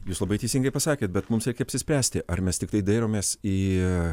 jūs labai teisingai pasakėt bet mums reikia apsispręsti ar mes tiktai dairomės į